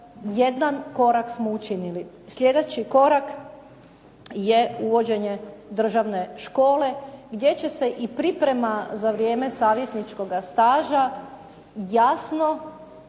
jedan korak smo učinili. Slijedeći korak je uvođenje državne škole gdje će se i priprema za vrijeme savjetničkoga staža jasno